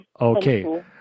Okay